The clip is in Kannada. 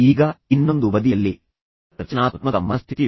ಈಗ ಇನ್ನೊಂದು ಬದಿಯಲ್ಲಿ ರಚನಾತ್ಮಕ ಮನಸ್ಥಿತಿ